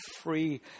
free